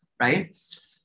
right